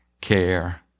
care